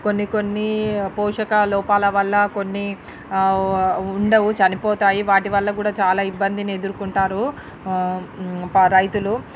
కొన్నికొన్ని పోషక లోపాలవల్ల కొన్ని వ ఉండవు చనిపోతాయి వాటి వల్ల గూడా చాలా ఇబ్బందిని ఎదురుకుంటారు ప రైతులు